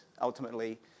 ultimately